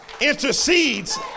intercedes